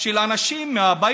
אם הוא קיים,